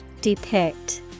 Depict